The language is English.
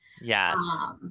Yes